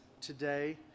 today